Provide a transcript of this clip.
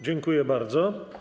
Dziękuję bardzo.